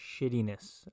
shittiness